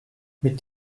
mit